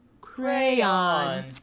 Crayon